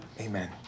Amen